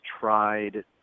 tried